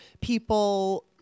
people